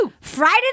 Friday